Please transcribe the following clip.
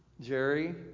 Jerry